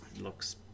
looks